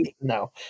no